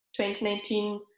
2019